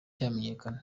cyamenyekana